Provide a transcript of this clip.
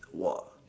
!wah!